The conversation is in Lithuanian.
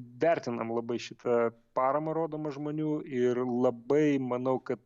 vertinam labai šitą paramą rodomą žmonių ir labai manau kad